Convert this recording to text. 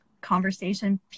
conversation